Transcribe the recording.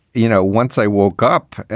you know, once i woke up,